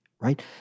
right